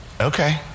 okay